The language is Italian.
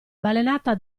balenata